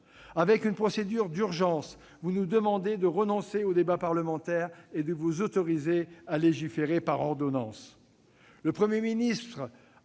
à la procédure d'urgence, vous nous demandez de renoncer au débat parlementaire et de vous autoriser à légiférer par ordonnances.